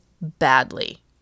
badly